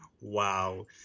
Wow